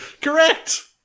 Correct